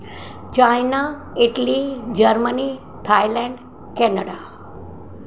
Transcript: China Italy Germany Thailand Canada